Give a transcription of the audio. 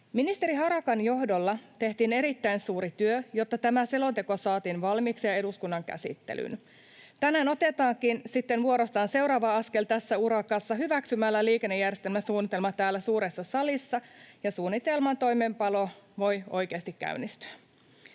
Ministeri Harakan johdolla tehtiin erittäin suuri työ, jotta tämä selonteko saatiin valmiiksi ja eduskunnan käsittelyyn. Tänään otetaankin sitten vuorostaan seuraava askel tässä urakassa hyväksymällä liikennejärjestelmäsuunnitelma täällä suuressa salissa, ja suunnitelman toimeenpano voi oikeasti käynnistyä.